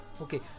Okay